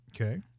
Okay